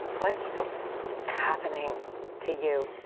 what's happening to you?